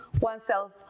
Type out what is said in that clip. oneself